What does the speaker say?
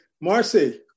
Marcy